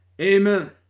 amen